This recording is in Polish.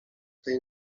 tej